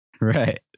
right